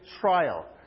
trial